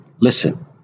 listen